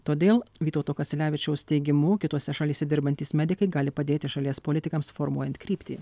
todėl vytauto kasiulevičiaus teigimu kitose šalyse dirbantys medikai gali padėti šalies politikams formuojant kryptį